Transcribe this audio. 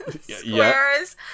squares